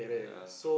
ya